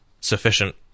sufficient